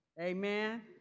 Amen